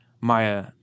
Maya